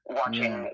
watching